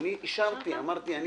שוב אני אומר - אישרתי.